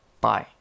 Bye